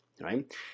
right